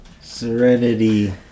Serenity